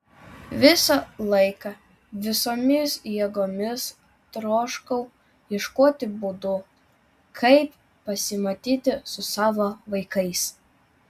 visą laiką visomis jėgomis troškau ieškoti būdų kaip pasimatyti su savo vaikais